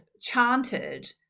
chanted